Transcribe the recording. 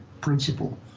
principle